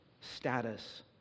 status